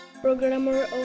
Programmer